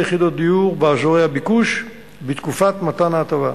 יחידות דיור באזורי הביקוש בתקופת מתן ההטבה.